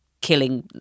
killing